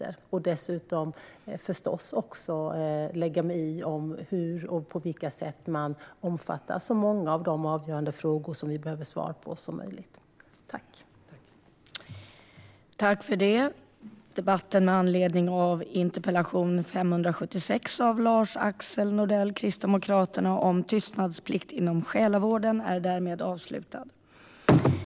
Jag ska dessutom förstås lägga mig i så många av de avgörande frågor som vi behöver svar på som möjligt när det gäller på vilka sätt man omfattas.